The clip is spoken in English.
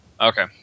Okay